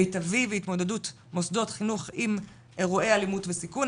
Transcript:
מיטבי והתמודדות מוסדות חינוך עם אירועי אלימות וסיכון.